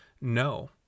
no